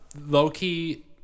low-key